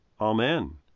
Amen